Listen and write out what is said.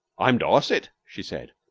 i am dorset, she said.